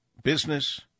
business